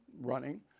running